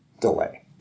delay